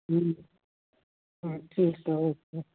हा ठीकु आहे ओके